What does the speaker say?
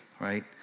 right